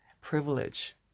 privilege